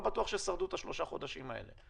לא בטוח שהם שרדו את שלושת החודשים האלה.